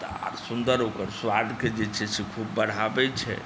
तऽ आओर सुन्दर ओकर स्वादकेँ जे छै से खूब बढ़ाबैत छै